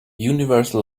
universal